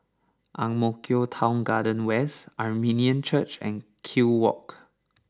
Ang Mo Kio Town Garden West Armenian Church and Kew Walk